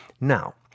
Now